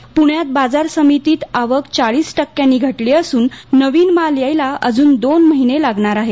प्ण्यात बाजर समितीत आवक चाळीस टक्क्यांनी घटली असून नवीन माल यायला अजून दोन महिने लागणार आहेत